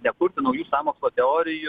nekurtų naujų sąmokslo teorijų